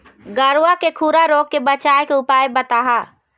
गरवा के खुरा रोग के बचाए के उपाय बताहा?